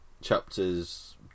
chapters